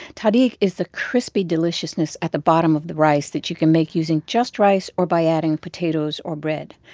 tahdig is the crispy deliciousness at the bottom of the rice that you can make using just rice or by adding potatoes or bread.